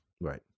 Right